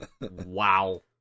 wow